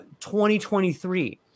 2023